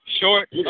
short